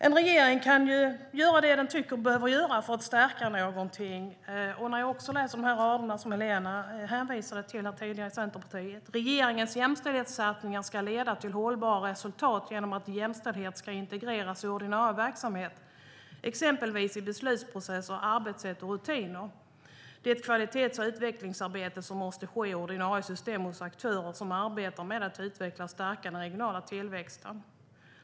En regering kan ju göra det den tycker att den behöver göra för att stärka någonting. Jag tar upp det citat som även Helena Lindahl från Centerpartiet hänvisade till tidigare. "Regeringens jämställdhetssatsningar ska leda till hållbara resultat genom att jämställdhet ska integreras i ordinarie verksamhet, exempelvis i beslutsprocesser, arbetssätt och rutiner. Det är ett kvalitets och utvecklingsarbete som måste ske i ordinarie system hos aktörer som arbetar med att utveckla och stärka den regionala tillväxten."